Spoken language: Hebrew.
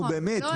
לא נכון.